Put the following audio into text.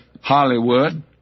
Hollywood